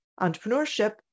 entrepreneurship